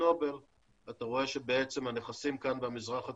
נובל ואתה רואה שהנכסים כאן במזרח התיכון,